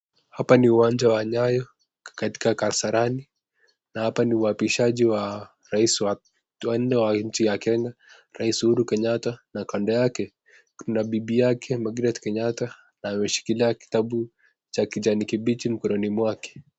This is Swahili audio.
Hapa ni uwanja wa nyayo katika Kasarani na hapa ni uapishaji wa rais wa nne wa nchi ya Kenya rais Uhuru Kenyatta na kando yake kuna bibi yake Margaret Kenyatta ameshikilia kitabu cha kijani kibichi mikononi mwake.